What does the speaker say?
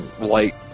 light